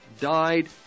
died